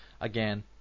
again